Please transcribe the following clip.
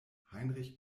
heinrich